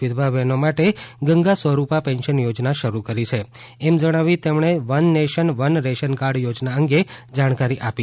વિધવા બહેનોને માટે ગંગા સ્વરૂપા પેન્શન યોજના શરૂ કરી છે એમ જણાવી તેમણે one nation one ration card યોજના અંગે જાણકારી આપી